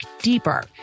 deeper